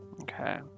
Okay